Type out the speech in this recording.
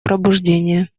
пробуждение